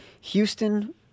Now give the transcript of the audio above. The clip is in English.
Houston